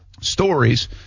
stories